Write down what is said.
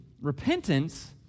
repentance